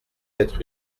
être